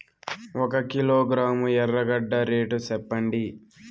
ఒక కిలోగ్రాము ఎర్రగడ్డ రేటు సెప్పండి?